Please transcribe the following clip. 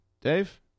Dave